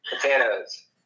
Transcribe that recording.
Potatoes